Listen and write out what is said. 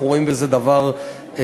אנחנו רואים בזה דבר מבורך,